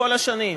כל השנים.